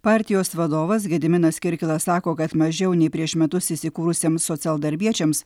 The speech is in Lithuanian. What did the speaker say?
partijos vadovas gediminas kirkilas sako kad mažiau nei prieš metus įsikūrusiem socialdarbiečiams